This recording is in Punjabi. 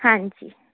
ਹਾਂਜੀ